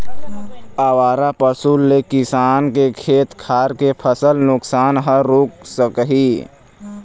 आवारा पशु ले किसान के खेत खार के फसल नुकसान ह रूक सकही